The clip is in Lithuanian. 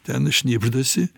ten šnibždasi